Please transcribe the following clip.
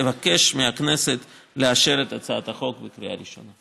אבקש מהכנסת לאשר את הצעת חוק בקריאה ראשונה.